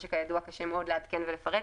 מה שכידוע קשה מאוד לעדכן ולפרט.